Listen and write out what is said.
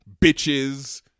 bitches